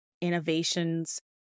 innovations